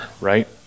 right